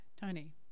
Tony